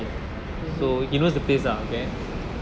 mmhmm